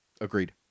Agreed